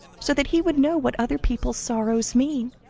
so that he would know what other people's sorrows mean.